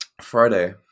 Friday